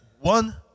one